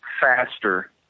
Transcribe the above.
faster